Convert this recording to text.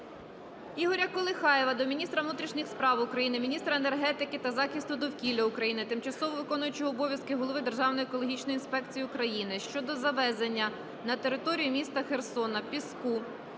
Ігоря Колихаєва до міністра внутрішніх справ України, міністра енергетики та захисту довкілля України, тимчасово виконуючого обов'язки голови Державної екологічної інспекції України щодо завезення на територію міста Херсона піску